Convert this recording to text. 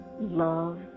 love